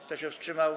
Kto się wstrzymał?